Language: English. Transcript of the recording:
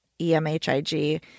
E-M-H-I-G